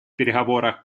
переговорах